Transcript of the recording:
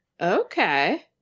Okay